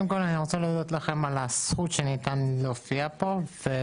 אני רוצה להודות לכם על הזכות שניתנה לי להופיע פה.